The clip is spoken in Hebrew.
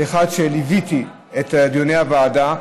כאחד שליווה את דיוני הוועדה,